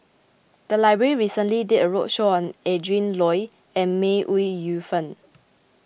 the library recently did a roadshow on Adrin Loi and May Ooi Yu Fen